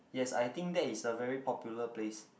yes I think that is a very popular place